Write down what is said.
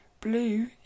Blue